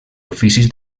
oficis